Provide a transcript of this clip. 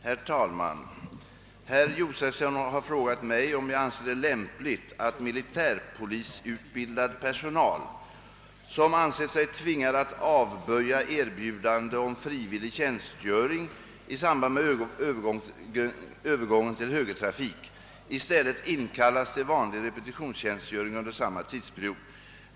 Herr talman! Herr Josefson i Arrie har frågat mig om jag anser det lämpligt att militärpolisutbildad personal, som ansett sig tvingad att avböja erbjudande om frivillig tjänstgöring i samband med övergången till högertrafik, i stället inkallas till vanlig repetitionstjänstgöring under samma tidsperiod.